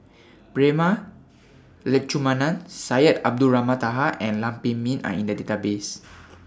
Prema Letchumanan Syed Abdulrahman Taha and Lam Pin Min Are in The Database